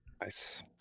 Nice